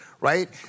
right